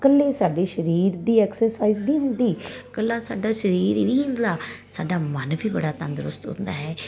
ਕੱਲੇ ਸਾਡੇ ਸਰੀਰ ਦੀ ਐਕਸਰਸਾਈਜ਼ ਨਹੀਂ ਹੁੰਦੀ ਕੱਲਾਂ ਸਾਡਾ ਸਰੀਰ ਹੀ ਨਹੀਂ ਹੁੰਦਾ ਸਾਡਾ ਮਨ ਵੀ ਬੜਾ ਤੰਦਰੁਸਤ ਹੁੰਦਾ ਹੈ